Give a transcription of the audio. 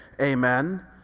Amen